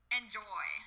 enjoy